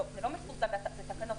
לא, זה תקנות.